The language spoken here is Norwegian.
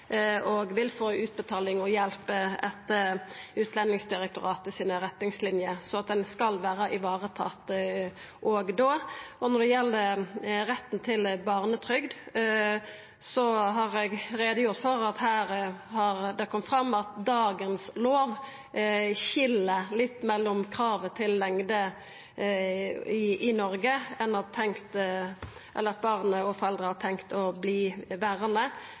og vil få ei utbetaling og hjelp etter retningslinjene til Utlendingsdirektoratet. Så òg da ein skal vera varetatt. Når det gjeld retten til barnetrygd, har eg gjort greie for at dagens lover skil litt i kravet til kor lenge barn og foreldre har tenkt til å